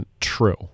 true